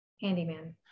Handyman